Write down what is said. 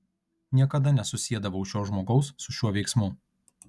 niekada nesusiedavau šio žmogaus su šiuo veiksmu